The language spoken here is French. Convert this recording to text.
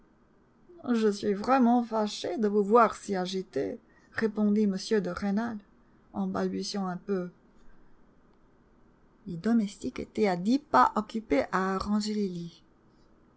je suis vraiment fâché de vous voir si agité répondit m de rênal en balbutiant un peu les domestiques étaient à dix pas occupés à arranger les lits